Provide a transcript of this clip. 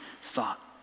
thought